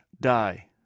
die